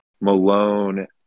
Malone